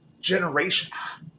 generations